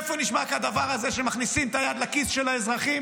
איפה נשמע כדבר הזה שמכניסים את היד לכיס של האזרחים